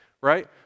right